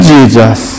Jesus